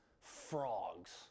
frogs